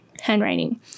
handwriting